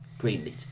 greenlit